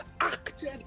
acted